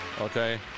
okay